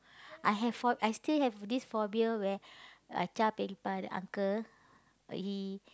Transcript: I have for I still have this phobia where uncle he